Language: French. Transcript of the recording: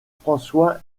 françois